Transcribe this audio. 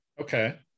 okay